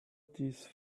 these